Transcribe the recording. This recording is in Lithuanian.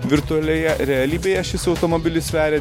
virtualioje realybėje šis automobilis sveria